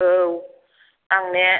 औ आंना